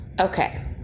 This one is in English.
okay